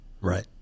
Right